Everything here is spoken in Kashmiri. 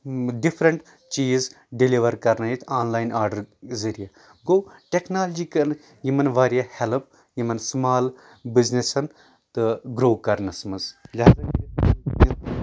ڈفرنٹ چیٖز ڈیلور کرنٲوِتھ آن لایِن آرڈر ذٔریعہٕ گوٚو ٹٮ۪کنالجی کٔر نہٕ یِمن واریاہ ہٮ۪لٕپ یِمن سُمال بِزنسن تہٕ گرو کرنس منٛزلہذا کٔرتھ